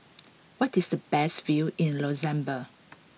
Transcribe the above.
what is the best view in Luxembourg